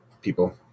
people